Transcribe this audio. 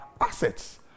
assets